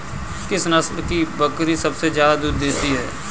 किस नस्ल की बकरी सबसे ज्यादा दूध देती है?